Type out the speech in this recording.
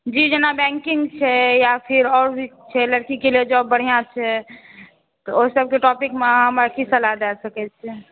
जी जेना बैंकिंग छै या फेर आओर भी छै जॉब लड़कीके लेल बढ़िऑं छै तवोही सभके टॉपिक मे हमरा की सलाह दय सकै छी